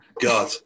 god